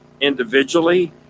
individually